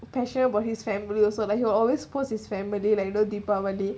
passion about his family also like he will always puts his family like you know deepavali